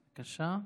בבקשה.